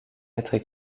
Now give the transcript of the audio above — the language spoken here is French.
lettres